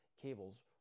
cables